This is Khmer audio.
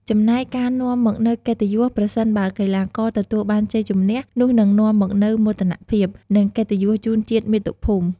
ចំណែកការនាំមកនូវកិត្តិយស ប្រសិនបើកីឡាករទទួលបានជ័យជម្នះ នោះនឹងនាំមកនូវមោទកភាព និងកិត្តិយសជូនជាតិមាតុភូមិ។